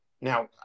Now